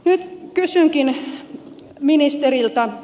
nyt kysynkin ministeriltä